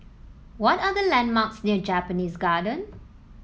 what are the landmarks near Japanese Garden